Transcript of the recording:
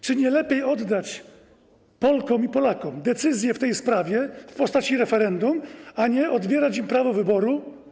Czy nie lepiej oddać Polkom i Polakom decyzję w tej sprawie w postaci referendum, a nie odbierać im prawo wyboru?